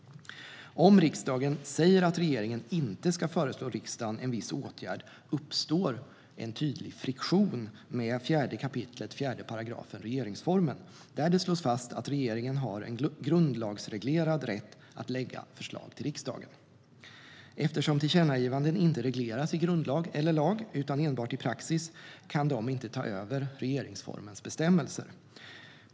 Om riksdagen säger att regeringen inte ska föreslå riksdagen en viss åtgärd uppstår en tydlig friktion med 4 kap. 4 § regeringsformen, där det slås fast att regeringen har en grundlagsreglerad rätt att lägga förslag till riksdagen. Eftersom tillkännagivanden inte regleras i grundlag eller lag utan enbart i praxis kan de inte ta över regeringsformens bestämmelser.